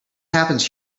happens